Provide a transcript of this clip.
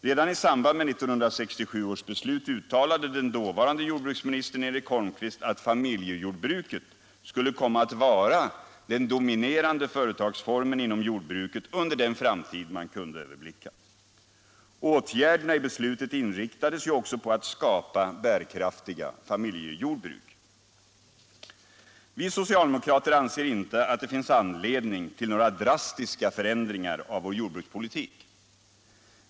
Redan i samband med 1967 års beslut uttalade den dåvarande jordbruksministern Eric Holmqvist att familjejordbruket skulle komma att vara den dominerande företagsformen inom jordbruket under den framtid man kunde överblicka. Åtgärderna i beslutet inriktades ju också på att skapa bärkraftiga familjejordbruk. Allmänpolitisk debatt Allmänpolitisk debatt Vi socialdemokrater anser inte att det finns anledning till några drastiska förändringar av vår jordbrukspolitik.